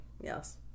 yes